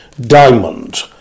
Diamond